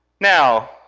Now